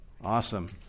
Awesome